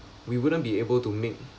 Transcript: we wouldn't be able to make